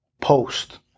Post